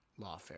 Lawfare